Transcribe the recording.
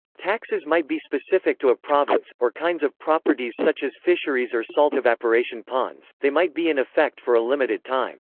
taxes might be specific to a province, or kinds of properties such as fisheries or salt evaporation ponds they might be in effect for a limited time.